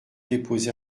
déposé